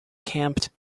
camped